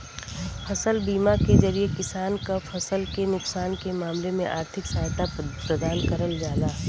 फसल बीमा के जरिये किसान क फसल के नुकसान के मामले में आर्थिक सहायता प्रदान करल जाला